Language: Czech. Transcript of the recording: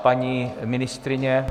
Paní ministryně?